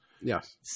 Yes